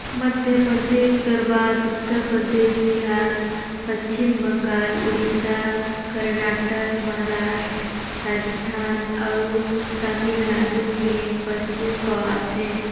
मध्यपरदेस कर बाद उत्तर परदेस, बिहार, पच्छिम बंगाल, उड़ीसा, करनाटक, महारास्ट, राजिस्थान अउ तमिलनाडु में पसु पवाथे